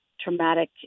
traumatic